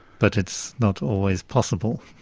but it's not always possible.